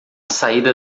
saída